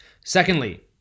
Secondly